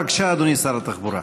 בבקשה, אדוני, שר התחבורה.